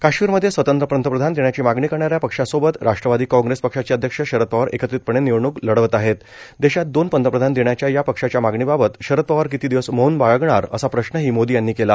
काश्मीरमध्ये स्वतंत्र पंतप्रधान देण्याची मागणी करणाऱ्या पक्षासोबत राष्ट्रवादी काँग्रेस पक्षाचे अध्यक्ष शरद पवार एकत्रितपणे निवडणूक लढवत आहेत देशात दोन पंतप्रधान देण्याच्या या पक्षांच्या मागणीबाबत शरद पवार किती दिवस मौन बाळगणार असा प्रश्नही मोदी यांनी केला